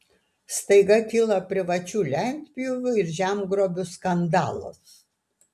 staiga kilo privačių lentpjūvių ir žemgrobių skandalas